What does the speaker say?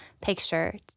picture